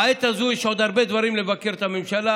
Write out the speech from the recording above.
בעת הזאת יש עוד הרבה דברים לבקר את הממשלה.